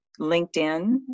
LinkedIn